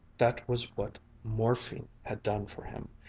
that was what morphine had done for him.